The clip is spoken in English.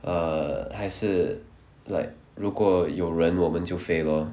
err 还是 like 如果有人我们就飞 lor